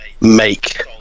make